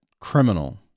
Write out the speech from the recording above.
criminal